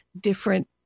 different